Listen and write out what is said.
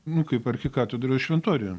nu kaip arkikatedroj šventoriuje